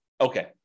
okay